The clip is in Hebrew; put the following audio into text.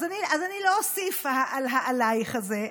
צודק, נכון, אז אני לא אוסיף על ה"עלייך" הזה.